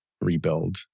rebuild